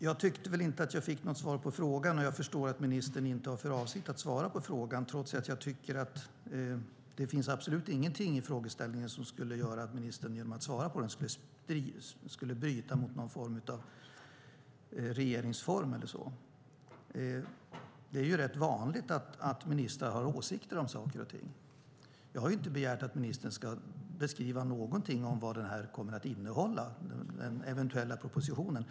Jag tycker inte att jag fick något svar på frågan och jag förstår att ministern inte har för avsikt att svara på frågan, trots att det absolut inte finns någonting i frågställningen som skulle göra att ministern genom att svara på den skulle bryta mot någon form av regeringsform. Det är ju rätt vanligt att ministrar har åsikter om saker och ting. Jag har inte begärt att ministern ska beskriva någonting om vad den eventuella propositionen kommer att innehålla.